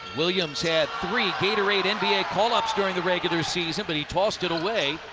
williams had three gatorade and nba call-ups during the regular season, but he tossed it away.